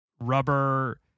rubber